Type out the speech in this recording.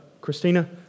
Christina